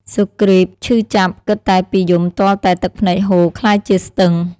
សុគ្រីពឈឺចាប់ គិតតែពីយំទាល់តែទឹកភ្នែកហូរក្លាយជាស្ទឹង។